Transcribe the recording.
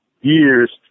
years